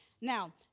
Now